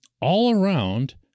all-around